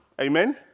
Amen